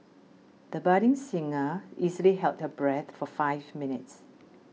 the budding singer easily held her breath for five minutes